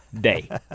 day